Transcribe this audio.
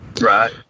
Right